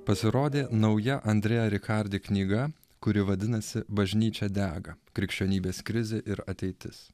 pasirodė nauja andrea rikardi knyga kuri vadinasi bažnyčia dega krikščionybės krizė ir ateitis